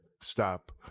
stop